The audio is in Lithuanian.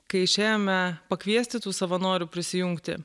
kai išėjome pakviesti tų savanorių prisijungti